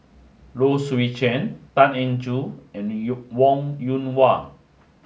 low Swee Chen Tan Eng Joo and Yo Wong Yoon Wah